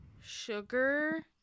sugar